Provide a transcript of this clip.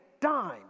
dime